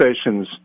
stations